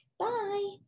Bye